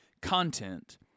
content